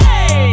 Hey